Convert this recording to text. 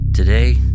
Today